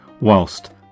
whilst